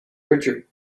richard